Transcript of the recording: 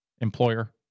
Employer